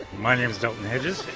my name is delton hedges.